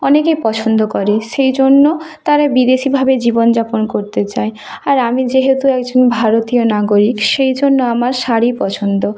অনেকেই পছন্দ করে সেই জন্য তারা বিদেশীভাবে জীবনযাপন করতে চায় আর আমি যেহেতু একজন ভারতীয় নাগরিক সেই জন্য আমার শাড়ি পছন্দ